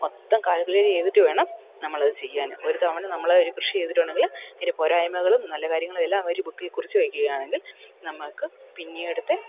മൊത്തം കാൽകുലേറ്റ് ചെയ്തിട്ട് വേണം നമ്മളത് ചെയ്യാൻ ഒരു തവണ നമ്മളൊരു കൃഷി ചെയ്തിട്ടുണ്ടെങ്കിൽ അതിൻ്റെ പോരായ്മകളും നല്ല കാര്യങ്ങളുമെല്ലാം ഒരു ബുക്കിൽ കുറിച്ച് വെയ്ക്കുകയാണെങ്കിൽ നമുക്ക് പിന്നീടുത്തെ